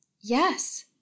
yes